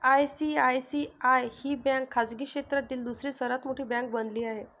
ICICI ही bank खाजगी क्षेत्रातील दुसरी सर्वात मोठी बँक बनली आहे